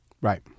Right